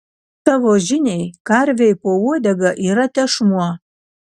tavo žiniai karvei po uodega yra tešmuo